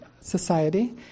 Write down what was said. Society